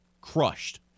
crushed